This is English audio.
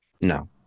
No